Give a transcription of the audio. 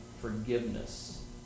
forgiveness